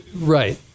Right